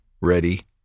ready